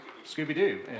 Scooby-Doo